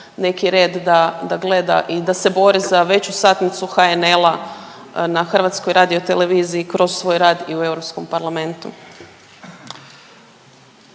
neki red da gleda i da se bori za veću satnicu HNL-a na HRT-u kroz svoj rad i u Europskom parlamentu.